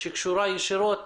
שקשורה ישירות